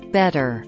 better